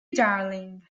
darling